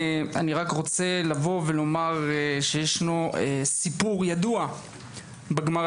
אני רק רוצה לבוא ולומר שיש סיפור ידוע בגמרא,